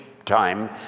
Time